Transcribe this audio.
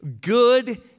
good